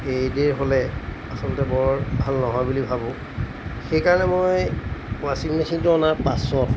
এইদৰে হ'লে আচলতে বৰ ভাল নহয় বুলি ভাবোঁ সেইকাৰণে মই ৱাছিং মেচিনটো অনাৰ পাছত